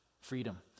freedom